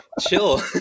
Chill